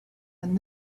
and